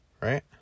Right